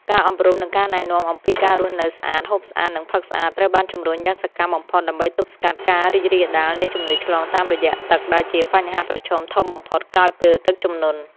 ការអប់រំ និងការណែនាំអំពីការរស់នៅស្អាត ហូបស្អាត និងផឹកស្អាត ត្រូវបានជំរុញយ៉ាងសកម្មបំផុត ដើម្បីទប់ស្កាត់ការរីករាលដាលនៃជំងឺឆ្លងតាមរយៈទឹក ដែលជាបញ្ហាប្រឈមធំបំផុតក្រោយពេលទឹកជំនន់។